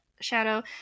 shadow